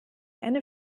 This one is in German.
eine